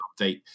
update